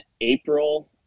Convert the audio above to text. April